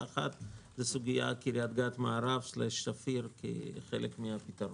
ועל סוגיית קריית גת מערב/שפיר כחלק מן הפתרון.